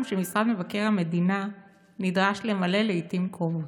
שמשרד מבקר המדינה נדרש למלא לעיתים קרובות.